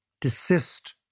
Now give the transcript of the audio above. desist